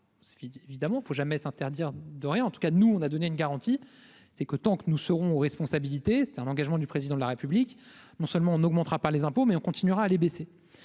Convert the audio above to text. évidemment faut jamais s'interdire de rien, en tout cas, nous on a donné une garantie, c'est que tant que nous serons responsabilités, c'est-à-dire un engagement du président de la République, non seulement on n'augmentera pas les impôts, mais on continuera à les baisser,